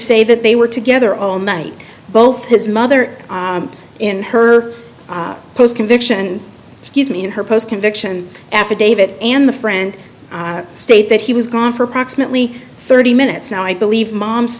say that they were together all night both his mother in her post conviction excuse me and her post conviction affidavit and the friend state that he was gone for approximately thirty minutes now i believe mom